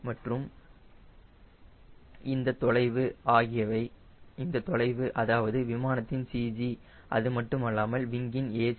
c மற்றும் இந்த தொலைவு அதாவது விமானத்தின் CG அது மட்டுமல்லாமல் விங்கின் a